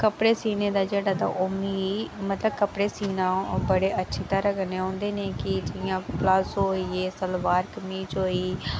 कपडे़ सीने दा मिगी जेहड़ा ओह् मी मतलब कपडे़ सीना बडे़ अच्छे तरह् कन्नै ओंदे ना कि जि'यां पलाजो होई गे सलबार कमीज होई